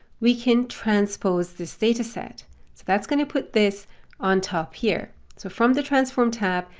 we can transpose this dataset. so that's going to put this on top here. so from the transform tab,